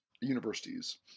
universities